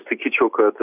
sakyčiau kad